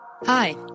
Hi